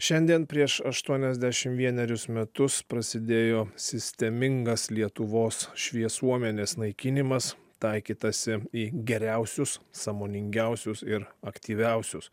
šiandien prieš aštuoniasdešim vienerius metus prasidėjo sistemingas lietuvos šviesuomenės naikinimas taikytasi į geriausius sąmoningiausius ir aktyviausius